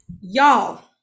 y'all